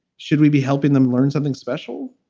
should we be helping them learn something special?